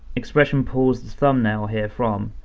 xpression pause the thumbnail here from,